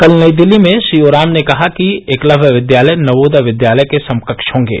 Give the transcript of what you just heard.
कल नई दिल्ली में श्री ओराम ने कहा कि एकलव्य विद्यालय नवोदय विद्यालय के समकक्ष होंगे